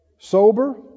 Sober